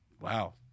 Wow